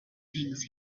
things